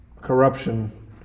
Corruption